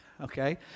okay